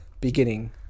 beginning